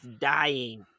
dying